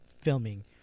filming